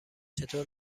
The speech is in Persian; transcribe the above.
چطور